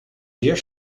zeer